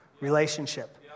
Relationship